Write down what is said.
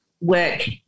work